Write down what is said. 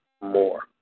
more